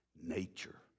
Nature